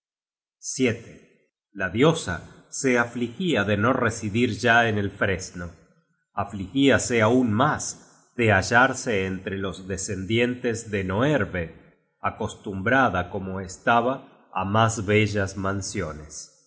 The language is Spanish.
alfios la diosa se afligia de no residir ya en el fresno afligíase aun mas de hallarse entre los descendientes de noerve acostumbrada como estaba á mas bellas mansiones